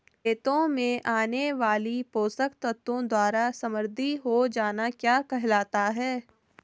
खेतों में आने वाले पोषक तत्वों द्वारा समृद्धि हो जाना क्या कहलाता है?